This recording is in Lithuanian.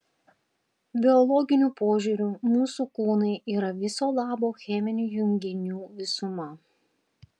biologiniu požiūriu mūsų kūnai yra viso labo cheminių junginių visuma